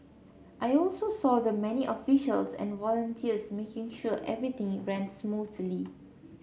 I also saw the many officials and volunteers making sure everything ran smoothly